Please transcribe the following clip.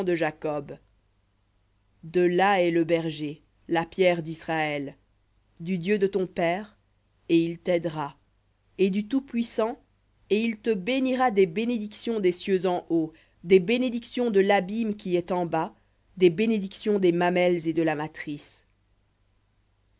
jacob de là est le berger la pierre d'israël du dieu de ton père et il t'aidera et du tout-puissant et il te bénira des bénédictions des cieux en haut des bénédictions de l'abîme qui est en bas des bénédictions des mamelles et de la matrice